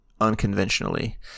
unconventionally